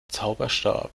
zauberstab